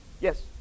Yes